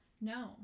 No